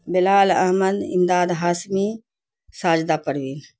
Bilal Ahmed Imdad Hashmi Sajida Parveen